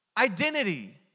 identity